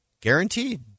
guaranteed